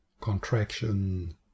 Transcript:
contraction